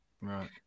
right